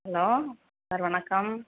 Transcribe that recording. hello sir வணக்கம்